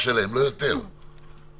מה שינה את דעתכם על זה?